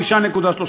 5.3,